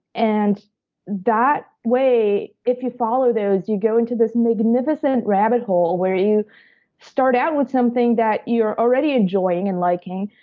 and that way, if you follow those, you go and to this magnificent radical where you start out with something that you're already enjoying and liking,